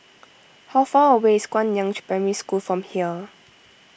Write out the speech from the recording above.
how far away is Guangyang Primary School from here